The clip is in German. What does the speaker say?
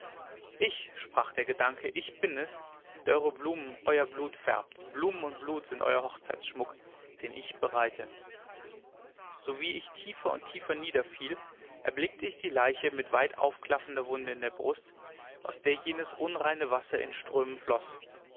ich sprach der gedanke ich bin es der eure blumen euer blut färbt blumen und blut sind euer hochzeitschmuck den ich bereite sowie ich tiefer und tiefer niederfiel erblickte ich die leiche mit weit aufklaffender wunde in der brust aus der jenes unreine wasser in strömen floß